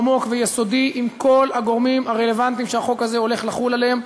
עמוק ויסודי עם כל הגורמים הרלוונטיים שהחוק הזה הולך לחול עליהם,